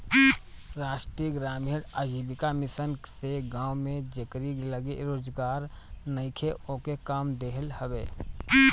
राष्ट्रीय ग्रामीण आजीविका मिशन से गांव में जेकरी लगे रोजगार नईखे ओके काम देहल हवे